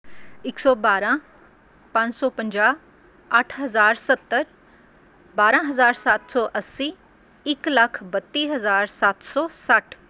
ਇੱਕ ਸੌ ਬਾਰ੍ਹਾਂ ਪੰਜ ਸੌ ਪੰਜਾਹ ਅੱਠ ਹਜ਼ਾਰ ਸੱਤਰ ਬਾਰ੍ਹਾਂ ਹਜ਼ਾਰ ਸੱਤ ਸੌ ਅੱਸੀ ਇੱਕ ਲੱਖ ਬੱਤੀ ਹਜ਼ਾਰ ਸੱਤ ਸੌ ਸੱਠ